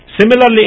similarly